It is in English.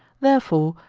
therefore,